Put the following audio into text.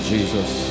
Jesus